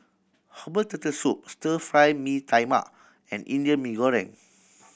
herbal Turtle Soup Stir Fried Mee Tai Mak and Indian Mee Goreng